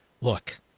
look